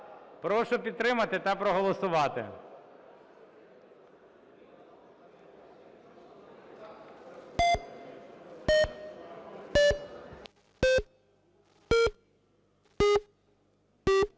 Прошу підтримати та проголосувати.